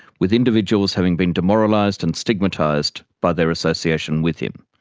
with individuals having been demoralized and stigmatized by their association with him,